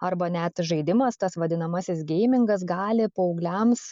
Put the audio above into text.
arba net žaidimas tas vadinamasis geimingas gali paaugliams